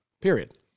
period